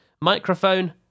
microphone